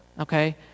okay